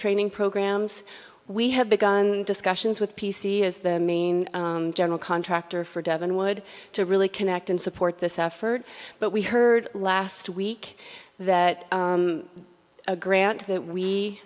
training programs we have begun discussions with p c is the main general contractor for devon wood to really connect and support this effort but we heard last week that a grant that